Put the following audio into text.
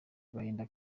agahinda